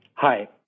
Hi